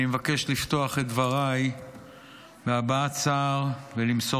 אני מבקש לפתוח את דבריי בהבעת צער ולמסור